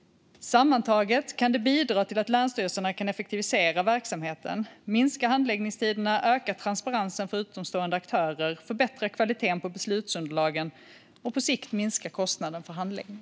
Sammantaget kan det bidra till att länsstyrelserna kan effektivisera verksamheten, minska handläggningstiderna, öka transparensen för utomstående aktörer, förbättra kvaliteten på beslutsunderlagen och på sikt minska kostnaden för handläggningen.